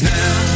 now